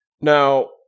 Now